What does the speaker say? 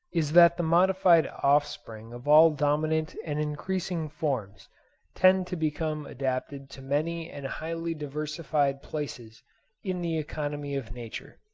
is that the modified offspring of all dominant and increasing forms tend to become adapted to many and highly diversified places in the economy of nature.